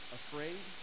afraid